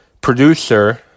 producer